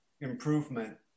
improvement